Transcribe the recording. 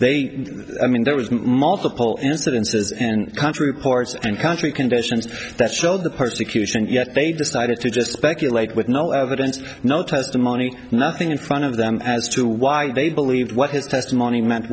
they mean there was multiple incidences in country reports and country conditions that showed the persecution yet they decided to just speculate with no evidence no testimony nothing in front of them as to why they believed what his testimony meant